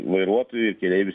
vairuotojų ir keleivių